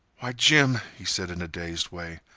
why, jim, he said, in a dazed way,